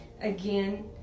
again